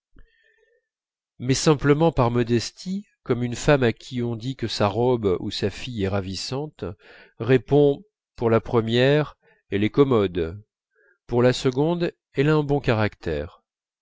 mais simplement par modestie comme une femme à qui on dit que sa robe ou sa fille est ravissante répond pour la première elle est commode pour la seconde elle a un bon caractère